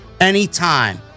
anytime